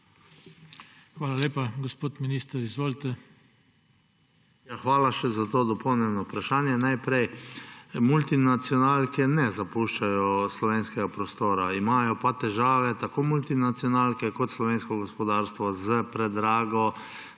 Hvala lepa. Gospod minister, izvolite. **ZDRAVKO POČIVALŠEK:** Hvala še za to dopolnjeno vprašanje. Najprej, multinacionalke ne zapuščajo slovenskega prostora, imajo pa težave tako multinacionalke kot slovensko gospodarstvo s predrago